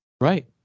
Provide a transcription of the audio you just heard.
Right